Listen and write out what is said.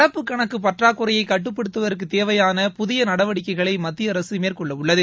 நடப்பு கணக்குப் பற்றாக்குறையை கட்டுப்படுத்துவதற்குத் தேவையான புதிய நடவடிக்கைகளை மத்திய அரசு மேற்கொள்ளவுள்ளது